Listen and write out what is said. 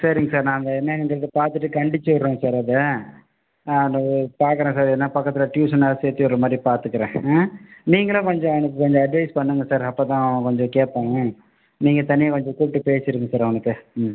சரிங்க சார் நான் அதை என்னங்கிறதை பார்த்துட்டு கண்டிச்சுவுட்றேன் சார் அதை அது பார்க்குறேன் சார் எதனால் பக்கத்தில் டியூஷன்னாவது சேர்த்திவுடுற மாதிரி பார்த்துக்குறேன் ஆ நீங்களும் கொஞ்சம் அவனுக்கு கொஞ்சம் அட்வைஸ் பண்ணுங்கள் சார் அப்போ தான் அவன் கொஞ்சம் கேட்பான் நீங்கள் தனியாக கொஞ்சம் கூப்பிட்டு பேசிடுங்கள் சார் அவங்கிட்ட ம்